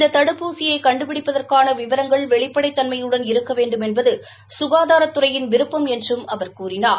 இந்த தடுப்பூசியை கண்டுபிடிப்பதற்கான விவரங்கள் வெளிப்படைத் தன்மையுடன் இருக்க வேண்டுமென்பது சுகாதாரத்துறையின் விருப்பம் என்றும் அவர் கூறிளார்